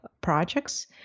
projects